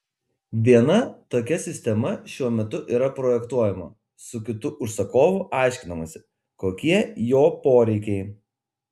viena tokia sistema šiuo metu yra projektuojama su kitu užsakovu aiškinamasi kokie jo poreikiai